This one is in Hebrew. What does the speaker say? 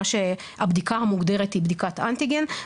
מה שהבדיקה המוגדרת היא בדיקת אנטיגן,